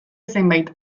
zenbait